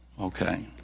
Okay